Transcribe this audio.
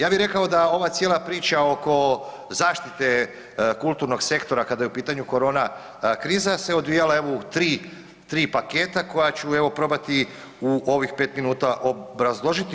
Ja bi rekao da ova cijela priča oko zaštite kulturnog sektora kada je u pitanju korona kriza, se odvijala evo u 3, 3 paketa koja ću evo probati u ovih 5 minuta obrazložiti.